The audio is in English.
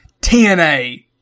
TNA